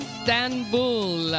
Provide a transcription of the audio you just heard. Istanbul